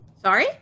Sorry